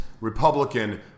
Republican